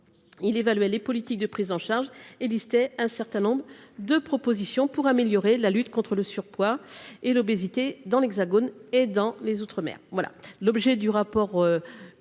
il évaluer les politiques de prise en charge et listait un certain nombre de propositions pour améliorer la lutte. Contre le surpoids et l'obésité dans l'Hexagone et dans les outre-mer,